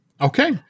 Okay